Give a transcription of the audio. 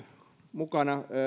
mukana